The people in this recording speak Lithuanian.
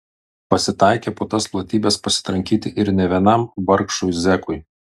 pasitaikė po tas platybes pasitrankyti ir ne vienam vargšui zekui